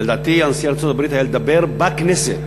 ולדעתי על נשיא ארצות-הברית היה לדבר בכנסת.